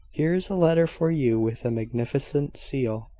here is a letter for you, with a magnificent seal,